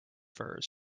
firs